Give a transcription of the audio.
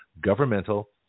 governmental